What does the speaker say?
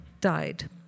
died